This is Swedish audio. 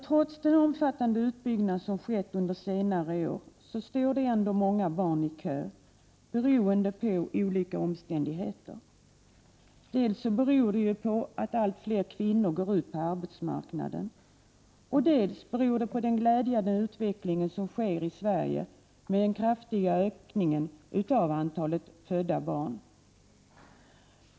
Trots den omfattande utbyggnad som skett under senare år står ändå många barn i kö beroende på olika omständigheter, dels beroende på att allt fler kvinnor går ut på arbetsmarknaden, dels beroende på den glädjande utvecklingen som sker i Sverige med en kraftig ökning av antalet födda barn.